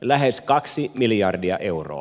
lähes kaksi miljardia euroa